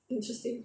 interesting